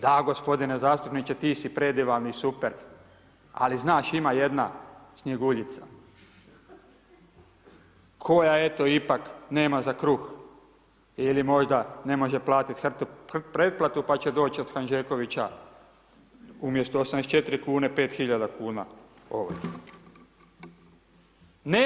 Da, gospodine zastupniče ti si predivan i super ali znaš ima jedna Snjeguljica koja eto ipak nema za kruh ili možda ne može platiti HRT-u pretplatu pa će doći od Hanžekovića umjesto 84 kune 5 hiljada kuna ovrhe.